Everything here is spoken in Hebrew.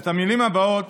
את המילים הבאות